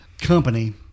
company